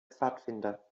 pfadfinder